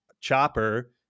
chopper